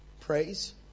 praise